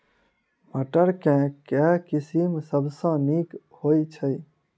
मटर केँ के किसिम सबसँ नीक होइ छै?